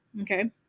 Okay